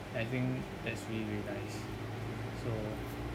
and I think that's really very nice so